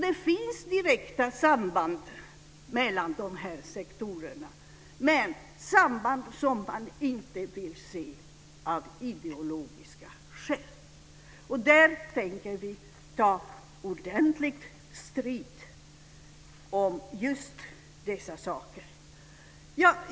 Det finns direkta samband mellan sektorerna, men det är samband som man inte vill se av ideologiska skäl. Där tänker vi ta ordentlig strid om just dessa saker.